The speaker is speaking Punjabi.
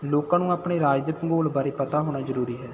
ਲੋਕਾਂ ਨੂੰ ਆਪਣੇ ਰਾਜ ਦੇ ਭੂਗੋਲ ਬਾਰੇ ਪਤਾ ਹੋਣਾ ਜ਼ਰੂਰੀ ਹੈ